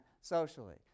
socially